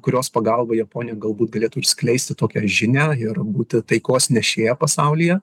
kurios pagalba japonija galbūt galėtų ir skleisti tokią žinią ir būti taikos nešėja pasaulyje